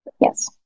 Yes